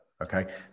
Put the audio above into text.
Okay